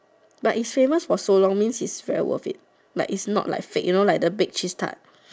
but is famous for so long means it's very worth it like it's not like fake you know like the baked cheese tarts